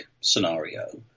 scenario